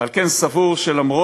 ועל כן אני סבור שלמרות